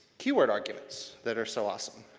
key word arguments that are so awesome,